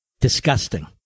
Disgusting